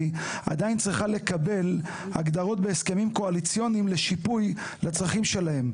עדיין צריכה לקבל הגדרות בהסכמים קואליציוניים לשיפוי לצרכים שלהם,